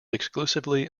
exclusively